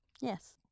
Yes